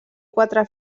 quatre